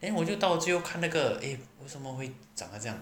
then 我就到最后看那个 eh 为什么会长很像